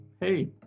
hey